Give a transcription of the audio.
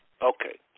Okay